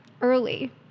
early